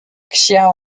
xiao